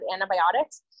antibiotics